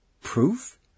proof